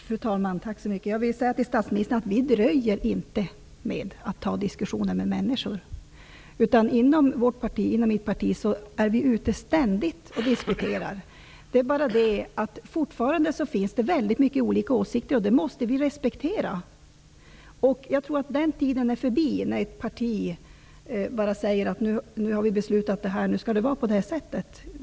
Fru talman! Vi dröjer inte med att ta diskussionen med männsiksor, utan vi är inom mitt parti ständigt ute och diskuterar. Men fortfarande finns det väldigt mycket olika åsikter, och det måste vi respektera. Jag tror att den tiden är förbi då ett parti bara kunde säga att man hade fattat ett beslut och att det sedan skulle vara på det sättet.